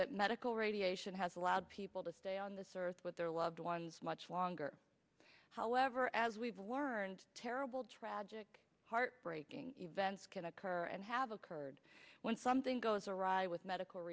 that medical radiation has allowed people to stay on this earth with their loved ones much longer however as we've learned terrible tragic heartbreaking events can occur and have occurred when something goes awry with medical